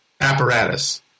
apparatus